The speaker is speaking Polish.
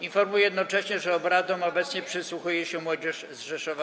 Informuję jednocześnie, że obecnie obradom przysłuchuje się młodzież z Rzeszowa.